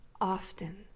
often